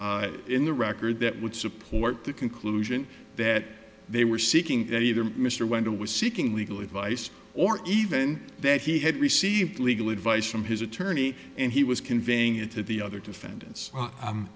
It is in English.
nothing in the record that would support the conclusion that they were seeking that either mr winter was seeking legal advice or even that he had received legal advice from his attorney and he was conveying it to the other defendants